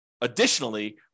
additionally